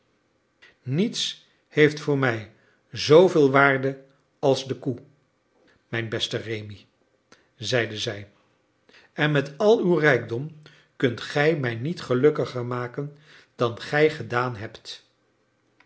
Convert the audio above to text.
niets heeft voor mij zooveel waarde als de koe mijn beste rémi zeide zij en met al uw rijkdom kunt gij mij niet gelukkiger maken dan gij gedaan hebt